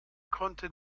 konnte